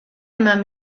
eman